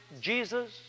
Jesus